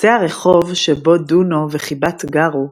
בקצה הרחוב שבו דונו וחיבת גרו,